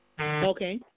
Okay